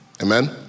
Amen